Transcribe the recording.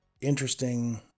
interesting